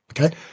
Okay